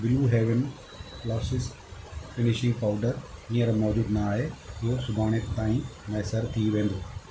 blue heaven flawless finishing powder हींअर मौजूद न आहे इहो सुभाणे ताईं मैसर थी वेंदो